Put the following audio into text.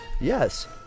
yes